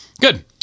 good